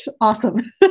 Awesome